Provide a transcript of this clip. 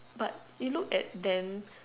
but you look at them